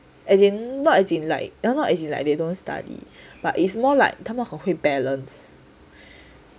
as in not as in like you're not as you like they don't study but it's more like 他们好会 balance